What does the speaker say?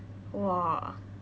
!wah!